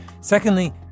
Secondly